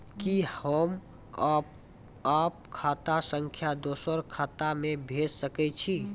कि होम आप खाता सं दूसर खाता मे भेज सकै छी?